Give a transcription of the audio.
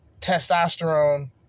testosterone